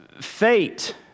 fate